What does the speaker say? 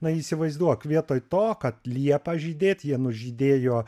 na įsivaizduok vietoj to kad liepą žydėt jie nužydėjo